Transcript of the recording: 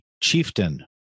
chieftain